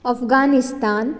Afghanistan